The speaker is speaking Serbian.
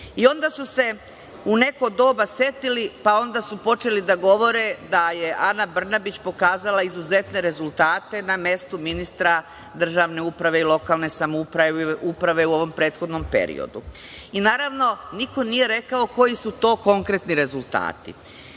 su se u neko doba setili, pa su počeli da govore da je Ana Brnabić pokazala izuzetne rezultate na mestu ministra državne uprave i lokalne samouprave u ovom prethodnom periodu. I, naravno, niko nije rekao koji su to konkretni rezultati.